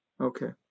Okay